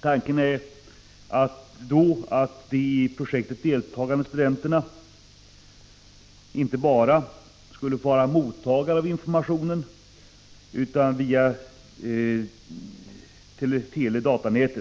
Tanken är då att de i projektet deltagande studenterna inte bara skulle vara mottagare av information via ett teledatanät.